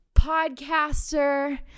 podcaster